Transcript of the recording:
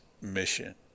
mission